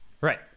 right